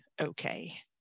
okay